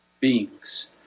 beings